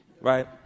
right